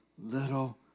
little